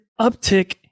uptick